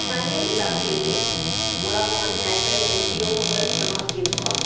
असांजे इलाइक़े में वोडाफोन एअरटेल ऐं जिओ वग़ैरह इस्तेमालु थींदो आहे